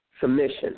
submission